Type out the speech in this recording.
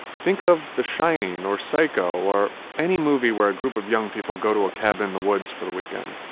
think of the shining or psycho or any movie where a group of young people go to a cabin in the woods for the weekend.